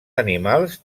animals